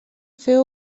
feu